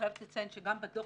חייבת לציין שגם בדוח